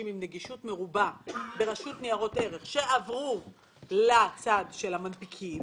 עם נגישות מרובה ברשות ניירות ערך שעברו לצד של המנפיקים,